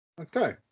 Okay